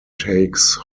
takes